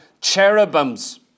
cherubims